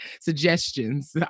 suggestions